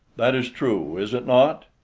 that is true, is it not?